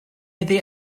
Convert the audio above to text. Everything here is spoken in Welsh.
iddi